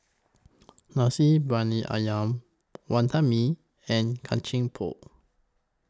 Nasi Briyani Ayam Wantan Mee and Kacang Pool